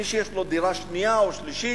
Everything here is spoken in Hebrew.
מי שיש לו דירה שנייה או שלישית,